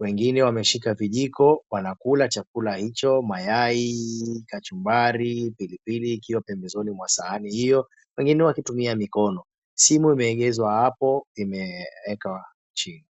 Wengine wameshika vijiko wanakula chakula hicho, mayai, kachumbari, pilipili ikiwa pembezoni mwa sahani hiyo, wengine wakitumia mikono. Simu imeegeshwa hapo imewekwa chini.